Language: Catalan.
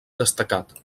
destacat